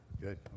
good